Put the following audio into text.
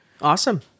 Awesome